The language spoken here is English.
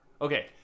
Okay